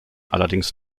allerdings